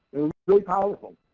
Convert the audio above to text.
really powerful.